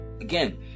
again